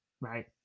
right